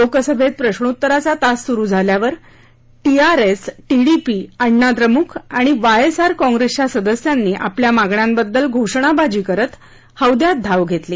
लोकसभेत प्रश्नोत्तराचा तास सुरू झाल्यावर टीआरएस टीडीपी अण्णा द्रमुक आणि वायएसआर काँग्रेसच्या सदस्यांनी आपल्या मागण्याबद्दल घोषणाबाजी करत हौद्यात धाव घेतली